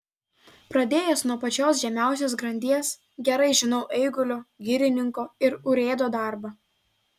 pradėjęs nuo pačios žemiausios grandies gerai žinau eigulio girininko ir urėdo darbą